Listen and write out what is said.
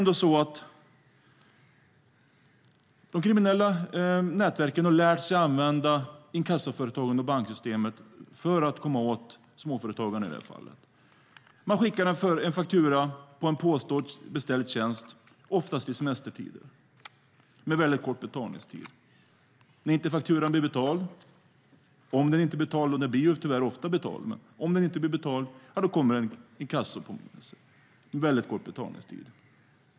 De kriminella nätverken har lärt sig använda inkassoföretagen och banksystemet för att komma åt småföretagarna i det här fallet. Man skickar en faktura på en påstått beställd tjänst, oftast i semestertider och med väldigt kort betalningstid. När fakturan inte blir betald - om den inte blir betald, vilket den tyvärr ofta blir - kommer det en inkassopåminnelse med väldigt kort betalningstid.